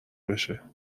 بشه